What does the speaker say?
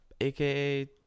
aka